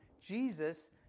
Jesus